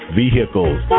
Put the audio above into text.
vehicles